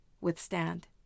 withstand